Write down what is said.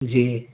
جی